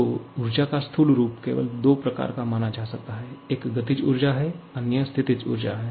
तो ऊर्जा का स्थूल रूप केवल दो प्रकार का माना जा सकता है एक गतिज ऊर्जा है अन्य स्थितिज ऊर्जा है